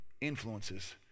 influences